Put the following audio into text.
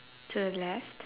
to the left